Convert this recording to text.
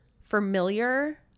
familiar